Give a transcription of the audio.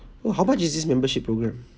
oh how much is this membership program